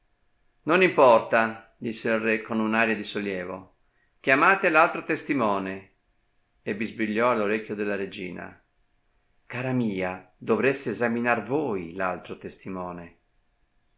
non importa disse il re con un'aria di sollievo chiamate l'altro testimone e bisbigliò all'orecchio della regina cara mia dovreste esaminar voi l'altro testimone